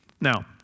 Now